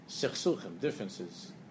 differences